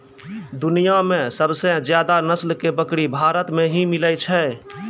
दुनिया मॅ सबसे ज्यादा नस्ल के बकरी भारत मॅ ही मिलै छै